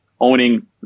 owning